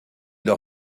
leur